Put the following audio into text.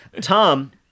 Tom